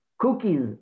Cookies